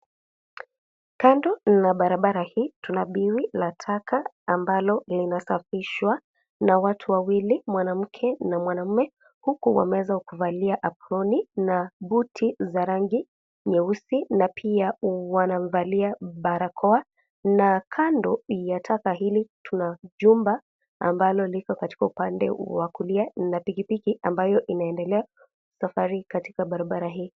Kando ya barabara hii, tuna biwi, la taka ambalo linasafishwa, na watu wawili, mwanamke, na mwanaume, huku wameeza kuvalia aproni, na buti za rangi, nyeusi, na pia, u wanavalia barakoa, na kando, ya taka hili, tuna jumba, ambalo liko upande wa kulia, na pikipiki, ambayo inaendelea, safari katika barabara hii.